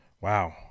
wow